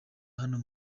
hano